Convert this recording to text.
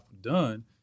done